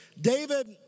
David